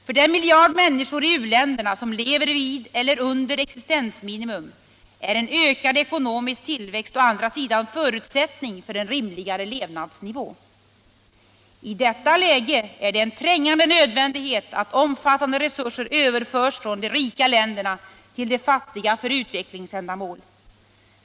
För den miljard människor i u-länderna som lever vid eller under existensminimum är en ökad ekonomisk tillväxt å andra sidan förutsättning för en rimligare levnadsnivå. I detta läge är det en trängande nödvändighet att omfattande resurser överförs från de rika länderna till de fattiga för utvecklingsändamål.